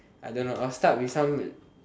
I don't know I'll start with some